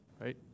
Right